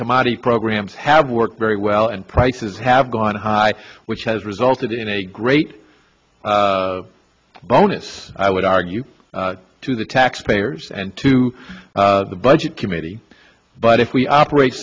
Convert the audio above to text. commodity programs have worked very well and prices have gone high which has resulted in a great bonus i would argue to the taxpayers and to the budget committee but if we operate